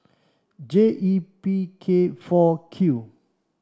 J E P K four Q